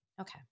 Okay